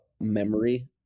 memory